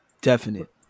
definite